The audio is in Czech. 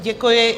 Děkuji.